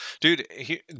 dude